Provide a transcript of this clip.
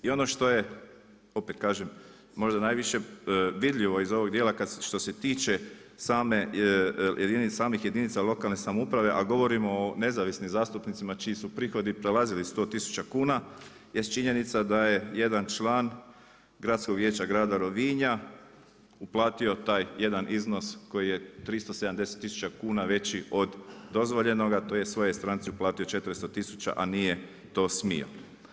I ono što je opet kažem možda najviše vidljivo iz ovog dijela što se tiče samih jedinica lokalne samouprave, a govorimo o nezavisnim zastupnicima čiji su prihodi prelazili 100 tisuća kuna jest činjenica da je jedan član Gradskog vijeća grada Rovinja uplatio taj jedan iznos koji je 370 tisuća kuna veći od dozvoljenoga to je svojoj stranci uplatio 400 tisuća, a nije to smio.